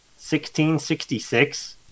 1666